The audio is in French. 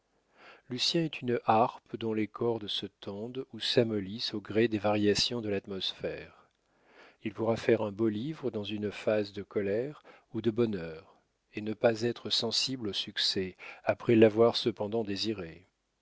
lucien est une harpe dont les cordes se tendent ou s'amollissent au gré des variations de l'atmosphère il pourra faire un beau livre dans une phase de colère ou de bonheur et ne pas être sensible au succès après l'avoir cependant désiré